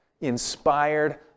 inspired